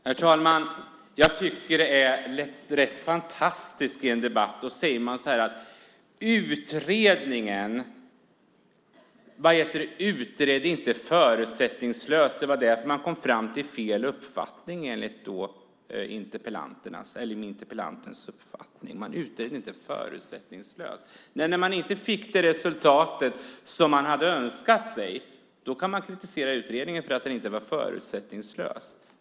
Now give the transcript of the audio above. Herr talman! Jag tycker att det är rätt fantastiskt när man i en debatt säger att utredaren inte utredde förutsättningslöst och därför kom fram till fel uppfattning. Det är ju det som är interpellantens uppfattning. När man inte fick det resultat som man hade önskat kritiserar man utredningen för att den inte var förutsättningslös.